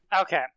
okay